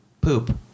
poop